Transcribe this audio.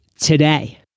today